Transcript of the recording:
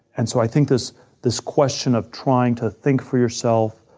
and so i think this this question of trying to think for yourself,